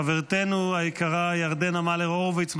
חברתנו היקרה ירדנה מלר-הורוביץ,